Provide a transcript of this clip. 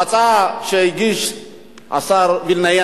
נתמוך בהצעה שהגיש השר וילנאי,